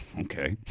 Okay